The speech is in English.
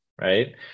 right